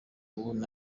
ubu